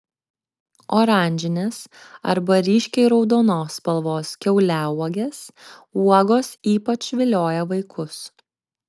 oranžinės arba ryškiai raudonos spalvos kiauliauogės uogos ypač vilioja vaikus